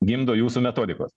gimdo jūsų metodikos